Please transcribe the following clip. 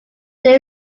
there